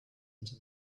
into